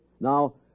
Now